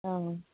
অ